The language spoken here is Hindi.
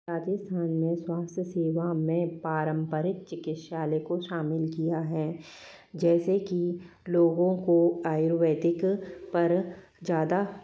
राजस्थान में स्वास्थ्य सेवा में पारम्परिक चिकित्सालय को शामिल किया है जैसे कि लोगों को आयुर्वेदिक पर ज़्यादा